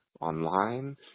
online